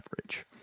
average